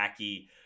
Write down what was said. wacky